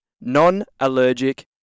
non-allergic